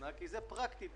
אם תפתחו את הדיון